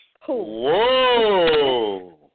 Whoa